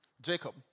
Jacob